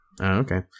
Okay